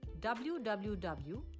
www